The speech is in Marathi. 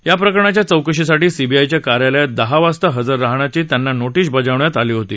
या प्रकरणाच्या चौकशीसाठी सीबीआयच्या कार्यालयात दहा वाजता हजर रहाण्यासाठी त्यांना नोटीस बजावण्यात आली होती